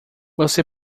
você